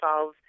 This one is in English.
solve